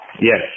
Yes